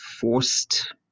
forced